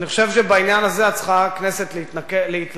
אני חושב שבעניין הזה צריכה הכנסת להתלכד